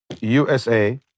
USA